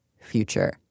future